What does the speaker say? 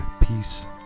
Peace